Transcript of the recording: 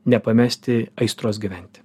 nepamesti aistros gyventi